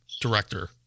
director